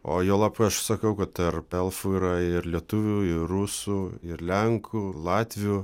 o juolab aš sakau kad tarp elfų yra ir lietuvių ir rusų ir lenkų latvių